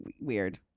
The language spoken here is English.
weird